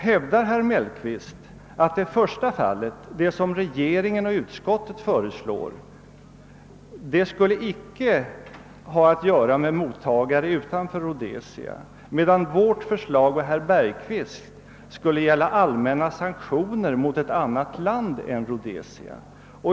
Hävdar nu herr Mellqvist att det som regeringen och utskottet föreslår icke skulle ha att göra med mottagare utanför Rhodesia, medan vårt förslag och herr Bergqvists skulle gälla allmänna sanktioner mot ett annat land än Rhodesia?